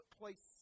place